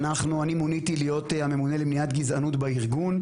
אני מוניתי להיות הממונה למניעת גזענות בארגון.